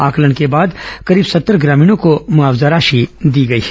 आंकलन के बाद करीब सत्तर ग्रामीणों को मुआवजा राशि दी गई है